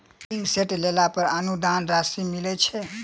Pumping set लेला पर अनुदान राशि मिलय छैय?